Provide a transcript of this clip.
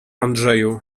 andrzeju